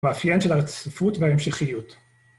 ‫מאפיין של הרציפות וההמשכיות.